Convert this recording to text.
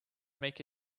make